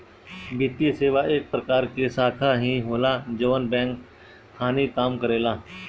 वित्तीये सेवा एक प्रकार के शाखा ही होला जवन बैंक खानी काम करेला